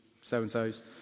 so-and-sos